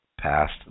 past